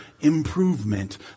improvement